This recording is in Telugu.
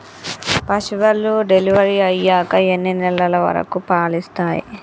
పశువులు డెలివరీ అయ్యాక ఎన్ని నెలల వరకు పాలు ఇస్తాయి?